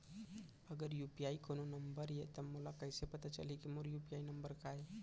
अगर यू.पी.आई कोनो नंबर ये त मोला कइसे पता चलही कि मोर यू.पी.आई नंबर का ये?